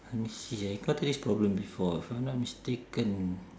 let me see ah I got this problem before if I'm not mistaken